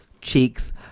Cheeks